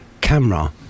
camera